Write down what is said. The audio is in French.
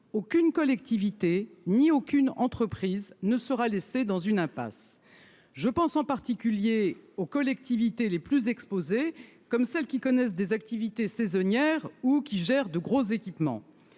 aucune collectivité ni aucune entreprise ne sera laissé dans une impasse, je pense en particulier aux collectivités les plus exposés, comme celles qui connaissent des activités saisonnières ou qui gère de gros équipements,